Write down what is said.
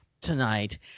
tonight